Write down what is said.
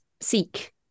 seek